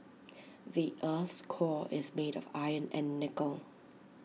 the Earth's core is made of iron and nickel